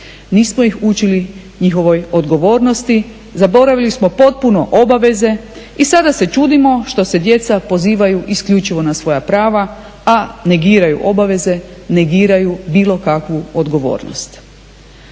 Nismo ih učili njihovoj odgovornosti, zaboravili smo potpuno obaveze i sada se čudimo što se djeca pozivaju isključivo na svoja prava, a negiraju obaveze, negiraju bilo kakvu odgovornost.